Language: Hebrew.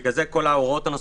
בגלל זה כל ההוראות הנוספות,